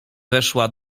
weszła